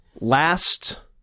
last